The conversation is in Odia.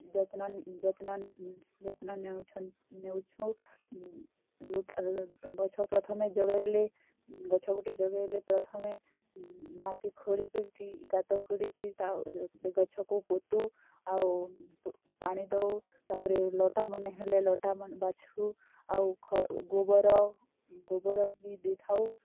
ଯତ୍ନ ଯତ୍ନ ଯତ୍ନ ନେଉଛନ୍ ନେଉଛୁ ଗଛ ପ୍ରଥମେ ଯଗାଇଲେ ଗଛ ଗୋଟେ ଯଗାଇଲେ ପ୍ରଥମେ ମାଟି ଖୋଳିକି ଗାତ ଖୋଳିକି ତା ସେ ଗଛକୁ ପୋତୁ ଆଉ ପାଣି ଦେଉ ତା'ପରେ ଲଟାମାନେ ହେଲେ ଲଟାମାନେ ବାଛୁ ଆଉ ଗୋବର ଗୋବର ବି ଦେଇଥାଉ